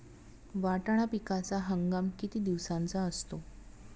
वाटाणा पिकाचा हंगाम किती दिवसांचा असतो?